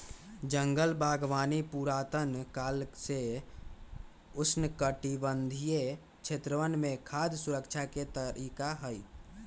जंगल बागवानी पुरातन काल से उष्णकटिबंधीय क्षेत्रवन में खाद्य सुरक्षा के तरीका हई